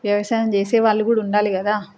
వ్యవసాయం చేసే వాళ్ళు కూడా ఉండాలి కదా